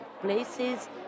places